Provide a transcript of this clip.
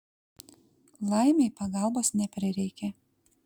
laimei pagalbos neprireikė